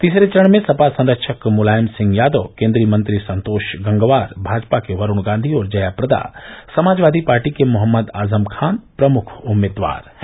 तीसरे चरण में सपा संरक्षक मुलायम सिंह यादव केंद्रीय मंत्री संतोष गंगवार भाजपा के वरुण गांधी और जयाप्रदा समाजवादी पार्टी के मोहम्मद आजम खान प्रमुख उम्मीदवार हैं